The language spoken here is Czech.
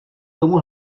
tomu